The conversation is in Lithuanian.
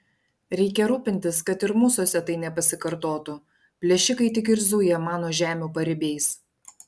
reikia rūpintis kad ir mūsuose tai nepasikartotų plėšikai tik ir zuja mano žemių paribiais